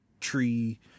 tree